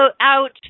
out